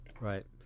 Right